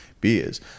beers